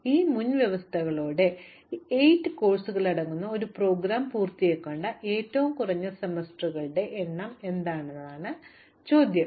അതിനാൽ ഈ മുൻവ്യവസ്ഥകളോടെ ഈ 8 കോഴ്സുകൾ അടങ്ങുന്ന ഈ പ്രോഗ്രാം പൂർത്തിയാക്കേണ്ട ഏറ്റവും കുറഞ്ഞ സെമസ്റ്ററുകളുടെ എണ്ണം എന്താണ് എന്നതാണ് ചോദ്യം